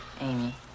Amy